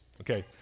okay